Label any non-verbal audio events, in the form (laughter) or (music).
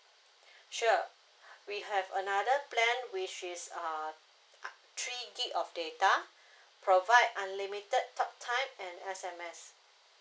(breath) sure (breath) we have another plan which is uh three gb of data (breath) provide unlimited talk time and S_M_S